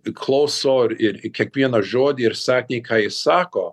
priklauso ir į kiekvieną žodį ir sakė ką jis sako